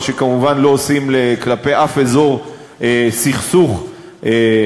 מה שכמובן לא עושים כלפי אף אזור סכסוך אחר,